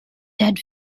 dead